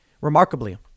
Remarkably